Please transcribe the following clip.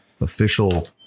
official